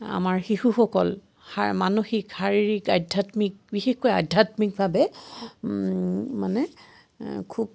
আমাৰ শিশুসকল হাৰ মানসিক শাৰীৰিক আধ্যাত্মিক বিশেষকৈ আধ্যাত্মিকভাৱে মানে খুব